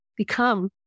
become